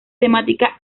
temática